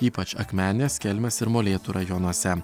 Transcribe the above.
ypač akmenės kelmės ir molėtų rajonuose